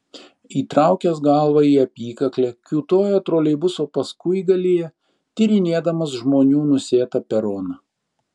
įtraukęs galvą į apykaklę kiūtojo troleibuso paskuigalyje tyrinėdamas žmonių nusėtą peroną